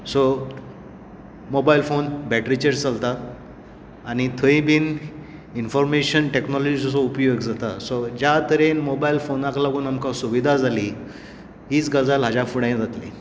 so mobile phone बॅटरीचेर चलता आनी थंय बी इनफॉर्मेशन टॅक्नोलॉजीचो उपयोग जाता ज्या तरेन मोबायल फोनाक लागून आमकां सुविधा जाली हीच गजाल हाज्या फुडेंय जातली